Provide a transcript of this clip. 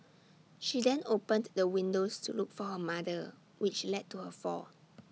she then opened the windows to look for her mother which led to her fall